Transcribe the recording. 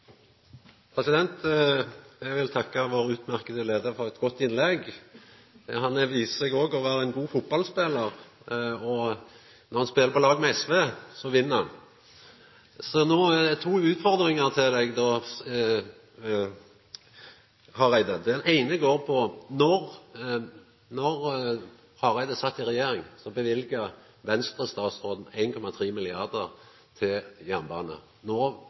gjer. Eg vil takka vår utmerkte leiar for eit godt innlegg. Han viste seg òg å vera ein god fotballspelar, og når han speler på lag med SV, så vinn han! Så no har eg to utfordringar til representanten Hareide. Den eine går på: Då Hareide sat i regjering, løyvde samferselsstatsråden frå Venstre 1,3 mrd. kr til jernbane.